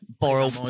borrow